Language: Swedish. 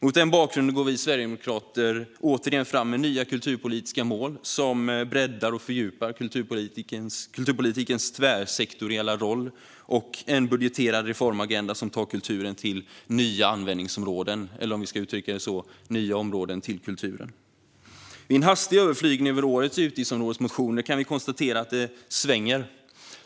Mot den bakgrunden går vi sverigedemokrater återigen fram med nya kulturpolitiska mål som breddar och fördjupar kulturpolitikens tvärsektoriella roll och en budgeterad reformagenda som tar kulturen till nya användningsområden, eller som man också kan uttrycka det, nya områden till kulturen. Vid en hastig överflygning över årets utgiftsområdesmotioner kan vi konstatera att det svänger.